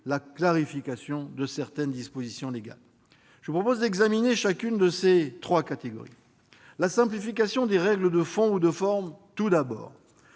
la clarification de certaines dispositions légales. Je vous propose d'examiner chacune de ces trois catégories, en commençant par la simplification des règles de fond ou de forme. Tous les